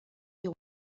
der